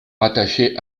rattachée